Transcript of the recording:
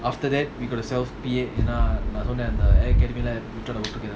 after that we got to self we try to work together